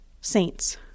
saints